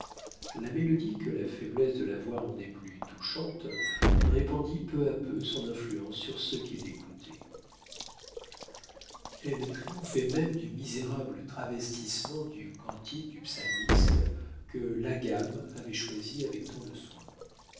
la mélodie que la faiblesse de la voix rendait plus touchante répandit peu à peu son influence sur ceux qui l'écoutaient elle triomphait même du misérable travestissement du cantique du psalmiste que la gamme avait choisi avec tant de soin